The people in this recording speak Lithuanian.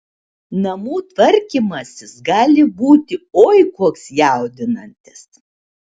namų tvarkymasis gali būti oi koks jaudinantis